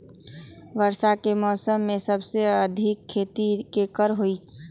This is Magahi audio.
वर्षा के मौसम में सबसे अधिक खेती केकर होई?